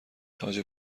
تاج